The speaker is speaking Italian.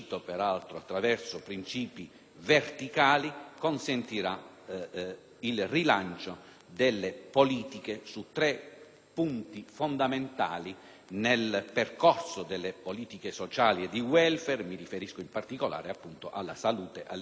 verticali), consentirà il rilancio su tre punti fondamentali nel percorso delle politiche sociali e di *welfare*: mi riferisco in particolare alla salute, all'istruzione e ai servizi sociali.